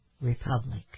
republic